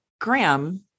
graham